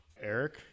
Eric